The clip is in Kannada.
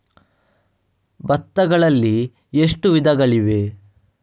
ಭತ್ತಗಳಲ್ಲಿ ಎಷ್ಟು ವಿಧಗಳಿವೆ?